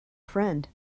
friend